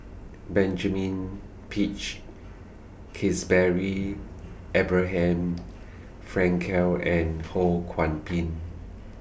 Benjamin Peach Keasberry Abraham Frankel and Ho Kwon Ping